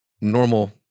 normal-